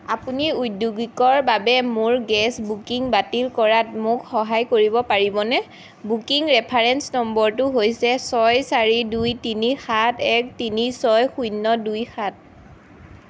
আপুনি ঔদ্যোগিকৰ বাবে মোৰ গেছ বুকিং বাতিল কৰাত মোক সহায় কৰিব পাৰিবনে বুকিং ৰেফাৰেঞ্চ নম্বৰটো হৈছে ছয় চাৰি দুই তিনি সাত এক তিনি ছয় শূন্য দুই সাত